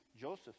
Joseph